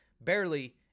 barely